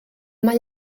mae